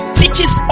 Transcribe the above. teaches